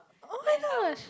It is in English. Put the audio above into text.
oh-my-gosh